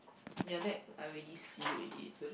your deck already see already